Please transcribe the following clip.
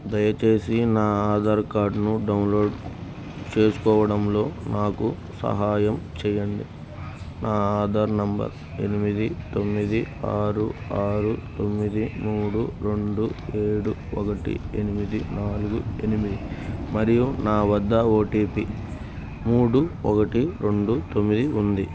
దయచేసి నా ఆధార్కార్డ్ను డౌన్లోడ్ చేసుకోవడంలో నాకు సహాయం చేయండి నా ఆధార్ నంబర్ ఎనిమిది తొమ్మిది ఆరు ఆరు తొమ్మిది మూడు రెండు ఏడు ఒకటి ఎనిమిది నాలుగు ఎనిమిది మరియు నా వద్ద ఓటీపీ మూడు ఒకటి రెండు తొమ్మిది ఉంది